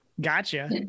Gotcha